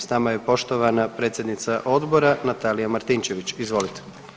S nama je poštovana predsjednica odbora Natalija Martinčević, izvolite.